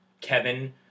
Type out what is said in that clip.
Kevin